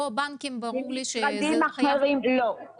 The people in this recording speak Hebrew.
לא,